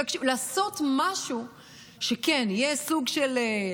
לעשות משהו שכן יהיה סוג של,